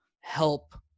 help